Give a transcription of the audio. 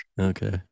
Okay